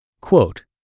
Quote